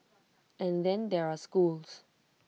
and then there are schools